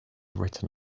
written